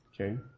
okay